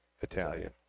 italian